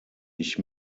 ich